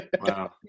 Wow